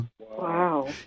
Wow